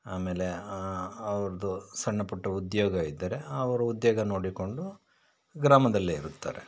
ಆಮೇಲೆ ಅವ್ರದ್ದು ಸಣ್ಣ ಪುಟ್ಟ ಉದ್ಯೋಗ ಇದ್ದರೆ ಅವ್ರು ಉದ್ಯೋಗ ನೋಡಿಕೊಂಡು ಗ್ರಾಮದಲ್ಲೇ ಇರುತ್ತಾರೆ